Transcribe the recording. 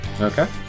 Okay